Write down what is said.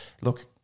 look